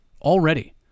already